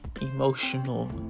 emotional